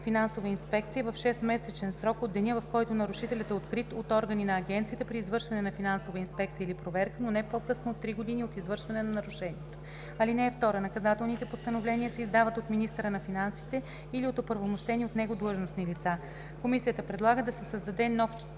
финансова инспекция в 6-месечен срок от деня, в който нарушителят е открит от органи на агенцията при извършване на финансова инспекция или проверка, но не по-късно от три години от извършване на нарушението. (2) Наказателните постановления се издават от министъра на финансите или от оправомощени от него длъжностни лица.“ Комисията предлага да се създаде нов